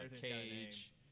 Cage